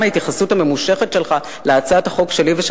גם ההתייחסות הממושכת שלך להצעת החוק שלי ושל